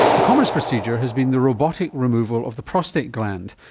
the commonest procedure has been the robotic removal of the prostate gland,